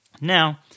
Now